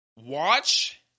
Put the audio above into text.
Watch